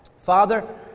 Father